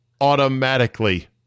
automatically